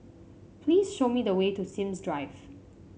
please show me the way to Sims Drive